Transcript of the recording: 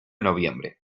noviembre